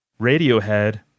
radiohead